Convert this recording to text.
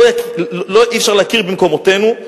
אי-אפשר להכיר במקומותינו,